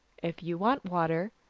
if you want water,